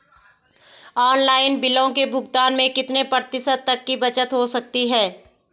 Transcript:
Online बिलों के भुगतान में कितने प्रतिशत तक की बचत हो सकती है?